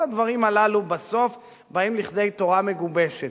כל הדברים הללו, בסוף, באים לכדי תורה מגובשת,